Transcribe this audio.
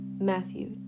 Matthew